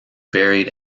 buried